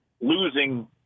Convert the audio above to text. losing